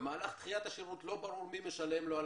במהלך דחיית השירות לא ברור מי משלם לו על